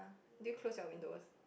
did you close your windows